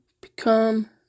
become